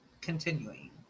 continuing